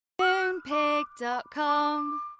Moonpig.com